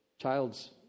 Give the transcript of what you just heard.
child's